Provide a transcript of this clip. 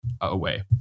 away